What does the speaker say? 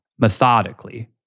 methodically